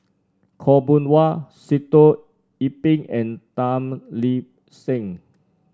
Khaw Boon Wan Sitoh Yih Pin and Tan Lip Seng